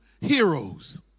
heroes